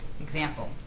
Example